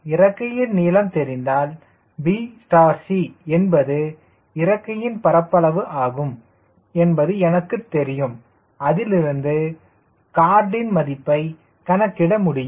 இறக்கையின் நீளம் தெரிந்தால் bc என்பது இறக்கையின் பரப்பளவு ஆகும் என்பது எனக்குத் தெரியும் அதிலிருந்து கார்டின் மதிப்பை கணக்கிட முடியும்